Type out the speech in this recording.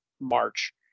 March